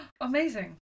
Amazing